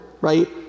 right